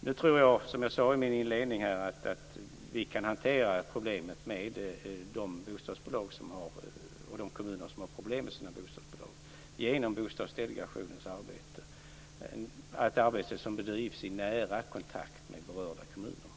Nu tror jag, som jag sade i min inledning, att vi kan hantera de kommuner som har problem med sina bostadsbolag genom Bostadsdelegationens arbete som bedrivs i nära kontakt med berörda kommuner.